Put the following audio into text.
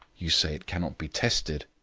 you say it cannot be tested.